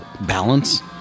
balance